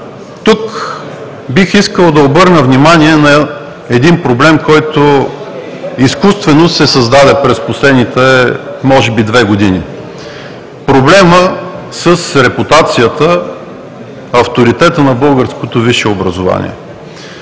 Тук бих искал да обърна внимание на един проблем, който се създаде изкуствено през последните може би две години – проблема с репутацията, авторитета на българското висше образование.